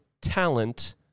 talent